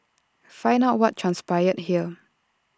find out what transpired here